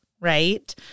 right